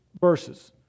verses